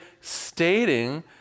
stating